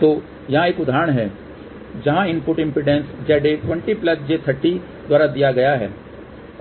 तो यहां एक उदाहरण है जहां इनपुट इम्पीडेन्स ZA20j30 द्वारा दिया गया है